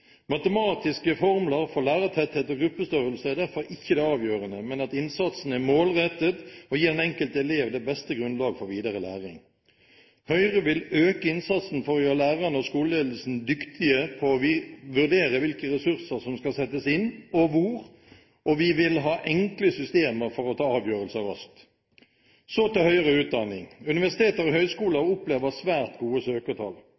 Matematiske formler for lærertetthet og gruppestørrelser er derfor ikke det avgjørende, men at innsatsen er målrettet og gir den enkelte elev det beste grunnlag for videre læring. Høyre vil øke innsatsen for å gjøre lærerne og skoleledelsen dyktige på å vurdere hvilke ressurser som skal settes inn, og hvor, og vi vil ha enkle systemer for å ta avgjørelser raskt. Så til høyere utdanning. Universiteter og høyskoler